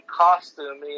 costume